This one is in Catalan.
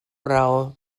raó